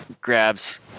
grabs